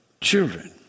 children